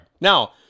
Now